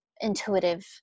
intuitive